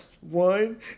One